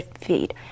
feed